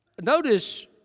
notice